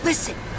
Listen